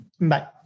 Bye